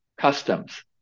customs